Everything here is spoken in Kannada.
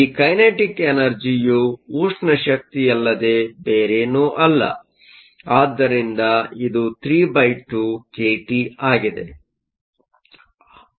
ಈ ಕೈನೆಟಿಕ್ ಎನರ್ಜಿಯು ಉಷ್ಣ ಶಕ್ತಿಯಲ್ಲದೇ ಬೇರೇನೂ ಅಲ್ಲ ಆದ್ದರಿಂದ ಇದು 32 kT ಆಗಿದೆ